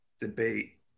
debate